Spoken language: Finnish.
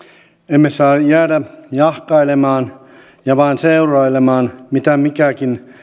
emme saa jäädä jahkailemaan ja vain seurailemaan mitä minkäkin